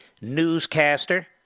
newscaster